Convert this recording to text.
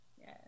yes